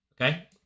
okay